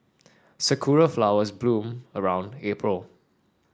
sakura flowers bloom around April